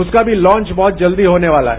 उसका भी लांच बहुत जल्दी होने वाला है